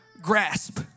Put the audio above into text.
grasp